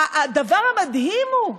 הדבר המדהים הוא,